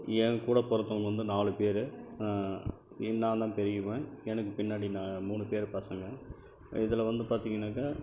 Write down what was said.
என் கூட பிறந்தவுங்க வந்து நாலு பேர் நாந்தான் பெரியவன் எனக்கு பின்னாடி நான் மூணு பேர் பசங்க இதில் வந்து பார்த்தீங்கன்னாக்கா